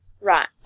Right